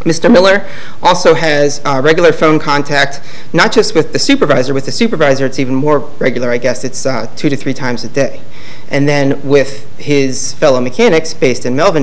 mr miller also has regular phone contact not just with the supervisor with the supervisor it's even more regular i guess it's two to three times a day and then with his fellow mechanics based in melbourne